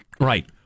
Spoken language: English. Right